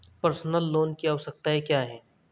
Personal loan की आवश्यकताएं क्या हैं?